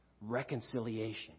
reconciliation